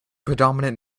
predominant